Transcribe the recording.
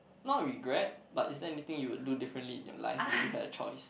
not regret but is there anything you would do differently in your life if you had a choice